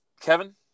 Kevin